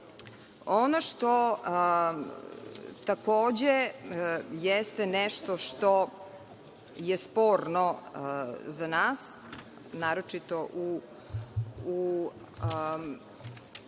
što takođe jeste nešto što je sporno za nas, naročito u